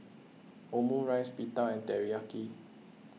Omurice Pita and Teriyaki